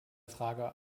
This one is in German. frage